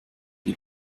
die